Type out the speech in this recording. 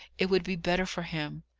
it would be better for him.